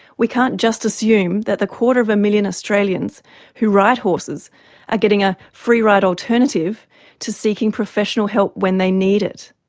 we can't just assume that the quarter of a million australians who ride horses are getting a free ride alternative to seeking professional help when they need it.